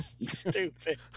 Stupid